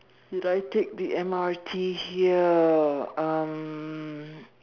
did I take the M_R_T here um